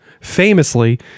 famously